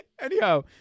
anyhow